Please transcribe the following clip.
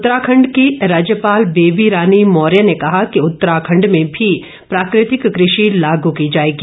उत्तराखंड की राज्यपाल बेबी रानी मौर्य ने कहा कि उत्तराखंड में भी प्राकृतिक कृषि लागू की जाएगी